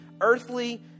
earthly